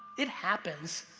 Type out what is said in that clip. it happens.